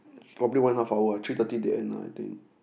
probably one and a half hour three thirty they end lah I think